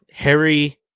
Harry